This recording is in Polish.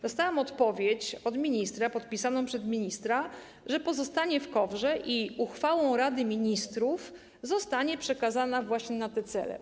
Dostałam odpowiedź od ministra, podpisaną przez ministra, że pozostanie ona w KOWR-ze i uchwałą Rady Ministrów zostanie przekazana właśnie na te cele.